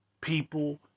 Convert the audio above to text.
People